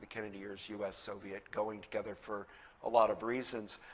kennedy years, us-soviet going together for a lot of reasons.